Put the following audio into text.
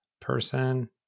person